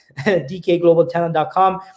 dkglobaltalent.com